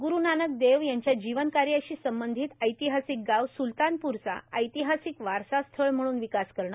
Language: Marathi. ग्रु नानक देव यांच्या जीवनकार्याशी संबंधित ऐतिहासिक गाव सुलतानपूरचा ऐतिहासिक वारसा स्थळ म्हणून विकास करण